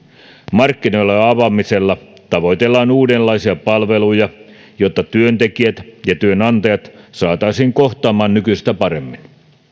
markkinoille avaamisella tavoitellaan uudenlaisia palveluja jotta työntekijät ja työnantajat saataisiin kohtaamaan nykyistä paremmin